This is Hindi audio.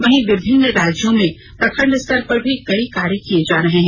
वही विभिन्न राज्यों में प्रखंड स्तर पर भी कई कार्य किए जा रहे हैं